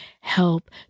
help